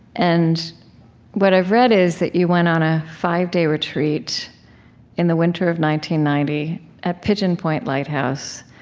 and what i've read is that you went on a five-day retreat in the winter of ninety ninety at pigeon point lighthouse,